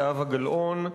שלי ושל חברתי זהבה גלאון,